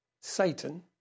Satan